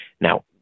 Now